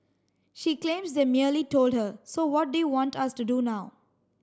she claims they merely told her so what they want us to do now